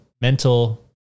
mental